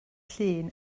llun